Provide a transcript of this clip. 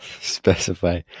Specify